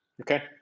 Okay